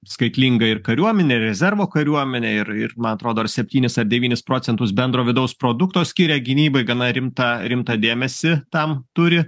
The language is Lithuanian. skaitlingą ir kariuomenę rezervo kariuomenę ir ir man atrodo ar septynis ar devynis procentus bendro vidaus produkto skiria gynybai gana rimtą rimtą dėmesį tam turi